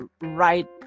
right